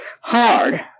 hard